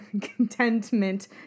Contentment